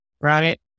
right